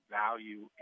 value